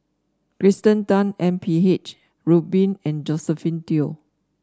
Kirsten Tan M P H Rubin and Josephine Teo